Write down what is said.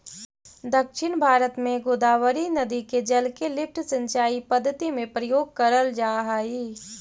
दक्षिण भारत में गोदावरी नदी के जल के लिफ्ट सिंचाई पद्धति में प्रयोग करल जाऽ हई